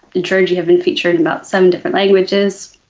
introji have been featured in about seven different languages.